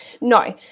No